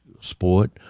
sport